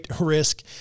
risk